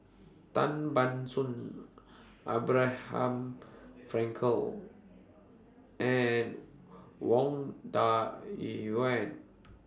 Tan Ban Soon Abraham Frankel and Wang Dayuan